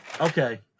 Okay